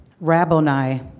Rabboni